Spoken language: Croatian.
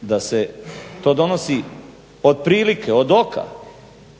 da se to donosi otprilike, od oka,